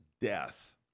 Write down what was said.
death